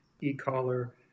e-collar